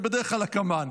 זה בדרך כלל הקמ"ן,